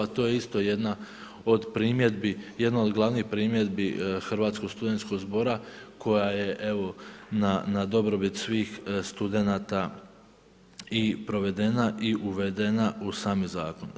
To je isto jedna od primjedbi, jedna od glavnih primjedbi Hrvatskog studentskog zbora koja je evo na dobrobit svih studenata i provedena i uvedena u sami zakon.